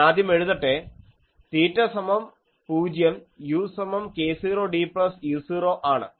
ഞാനാദ്യം എഴുതട്ടെ തീറ്റ സമം പൂജ്യം u സമം k0d പ്ലസ് u0 ആണ്